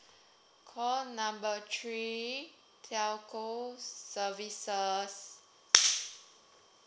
call number three telco services